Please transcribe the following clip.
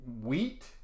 wheat